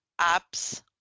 apps